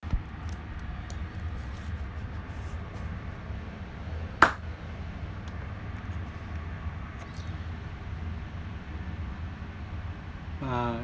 uh